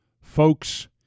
Folks